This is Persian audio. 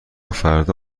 فردا